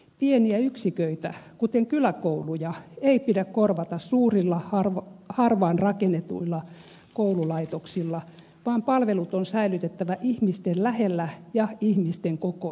pieniä yksiköitä kuten kyläkouluja ei pidä korvata suurilla harvaan rakennetuilla koululaitoksilla vaan palvelut on säilytettävä ihmisten lähellä ja ihmisten kokoisina